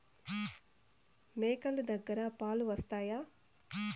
మేక లు దగ్గర పాలు వస్తాయా?